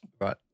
right